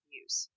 use